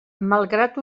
malgrat